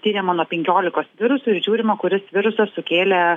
tiriama nuo penkiolikos virusų ir žiūrima kuris virusas sukėlė